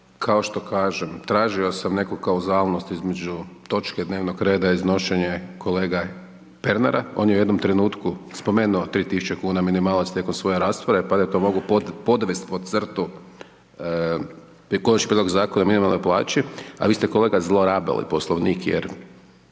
Kao što kažem, tražio sam nekakvu kauzalnost između točke dnevnog reda i iznošenje kolege Pernara, on je u jednom trenutku spomenuo 3000 kn minimalac tijekom svoje rasprave, pa da ja to mogu podvest pod crtu, taj konačni prijedlog zakona o minimalnoj plaći, a vi ste kolega zlorabili poslovnik, jer